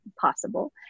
possible